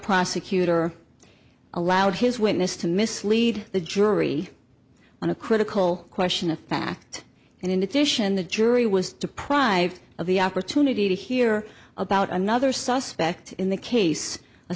prosecutor allowed his witness to mislead the jury on a critical question of fact and in addition the jury was deprived of the opportunity to hear about another suspect in the case a